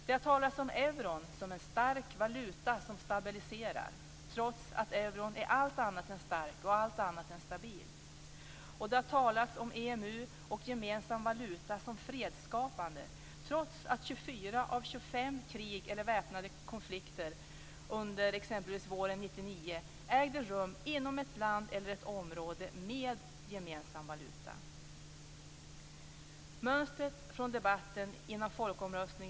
Det har talats om euron som en stark valuta som stabiliserar, trots att euron är allt annat än stark och allt annat än stabil. - Det har talats om EMU och gemensam valuta som fredsskapande, trots att exempelvis 24 av 25 krig eller väpnade konflikter under våren 1999 ägde rum inom ett land eller ett område med gemensam valuta.